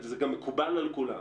זה גם מקובל על כולם.